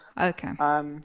okay